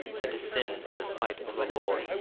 than to sin in the sight of the lord.